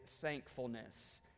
thankfulness